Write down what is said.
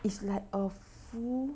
it's like a full